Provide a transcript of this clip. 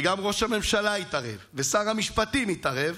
וגם ראש הממשלה התערב, ושר המשפטים התערב,